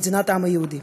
מדינת העם היהודי.